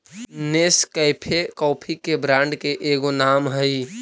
Nescafe coffee के brand के एगो नाम हई